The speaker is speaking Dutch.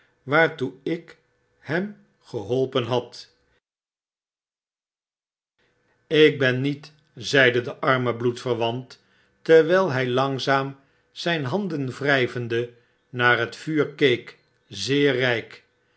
waartoe ik hem geholpen had ik ben niet zeide de arme bloedverwant terwyi hy langzaam zyn handen wry vende naar het vuur keek zeer ryk